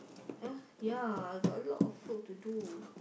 ah ya I got a lot of work to do